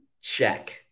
check